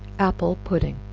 apple pudding.